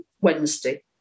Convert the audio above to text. Wednesday